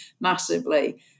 massively